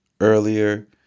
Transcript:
earlier